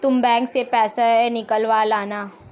तुम बैंक से पैसे निकलवा लाना